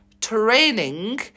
training